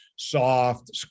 soft